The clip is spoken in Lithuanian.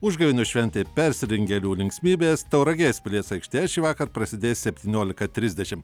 užgavėnių šventėj persirengėlių linksmybės tauragės pilies aikštėje šįvakar prasidės septyniolika trisdešim